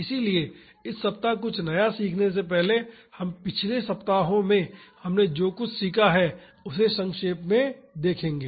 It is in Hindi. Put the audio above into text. इसलिए इस सप्ताह कुछ नया सीखने से पहले हम पिछले सप्ताहों में हमने जो कुछ सीखा है उसे संक्षेप में देखेंगे